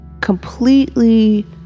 completely